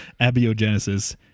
Abiogenesis